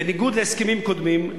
בניגוד להסכמים קודמים,